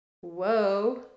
Whoa